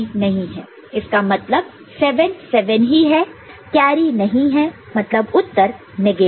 इसका मतलब 7 7 ही है कैरी नहीं है मतलब उत्तर नेगेटिव है